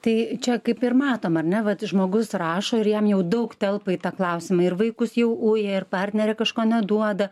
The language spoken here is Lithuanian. tai čia kaip ir matom ar ne vat žmogus rašo ir jam jau daug telpa į tą klausimą ir vaikus jau uja ir partnerė kažko neduoda